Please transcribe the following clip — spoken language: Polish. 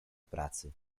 pracy